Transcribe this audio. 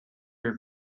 your